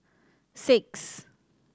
six